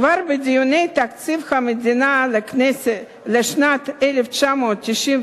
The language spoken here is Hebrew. כבר בדיוני תקציב המדינה לשנת 1997,